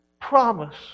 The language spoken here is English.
promise